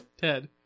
Ted